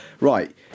right